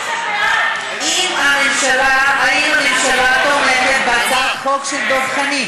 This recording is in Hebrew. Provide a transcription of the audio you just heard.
האם הממשלה תומכת בהצעת החוק של דב חנין?